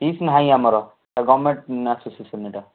fees ନାହିଁ ଆମର ଏ ଗଭରନମେଣ୍ଟ୍ ଆସୋସେସନ୍ ଏଇଟା